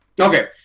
Okay